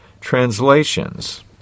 translations